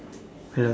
hello